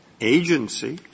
agency